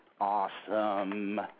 Awesome